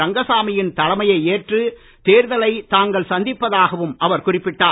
ரங்கசாமியின் தலைமையை ஏற்று தேர்தலை தாங்கள் சந்திப்பதாகவும் அவர் குறிப்பிட்டார்